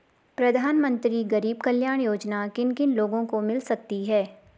प्रधानमंत्री गरीब कल्याण योजना किन किन लोगों को मिल सकती है?